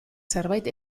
zerbait